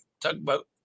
tugboat